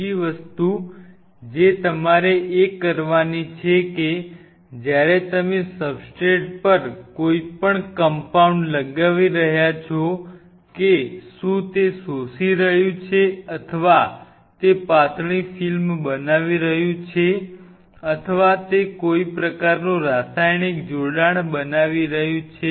ત્રીજી વસ્તુ જે તમારે એ કરવાની છે કે જ્યારે તમે સબસ્ટ્રેટ પર કોઈપણ કંપાઉન્ડ લગાવી રહ્યા છો કે શું તે શોષી રહ્યું છે અથવા તે પાતળી ફિલ્મ બનાવી રહ્યું છે અથવા તે કોઈ પ્રકારનું રાસાયણિક જોડાણ બનાવી રહ્યું છે